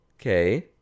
Okay